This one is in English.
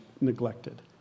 neglected